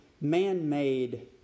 man-made